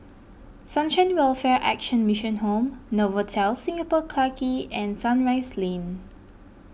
Sunshine Welfare Action Mission Home Novotel Singapore Clarke Quay and Sunrise Lane